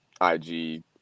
IG